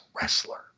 wrestler